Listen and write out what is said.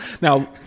Now